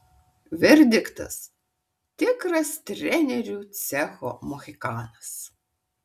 verdiktas tikras trenerių cecho mohikanas